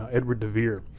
edward de vere.